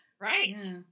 Right